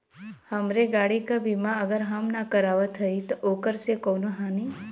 हमरे गाड़ी क बीमा अगर हम ना करावत हई त ओकर से कवनों हानि?